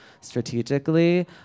strategically